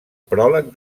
pròleg